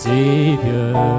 Savior